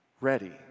ready